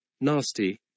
nasty